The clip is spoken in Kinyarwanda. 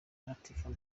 latifah